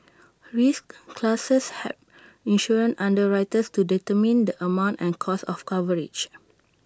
risk classes help insurance underwriters to determine the amount and cost of coverage